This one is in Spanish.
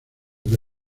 que